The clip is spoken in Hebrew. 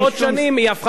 היא הפכה לדמוקרטית.